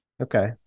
okay